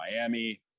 Miami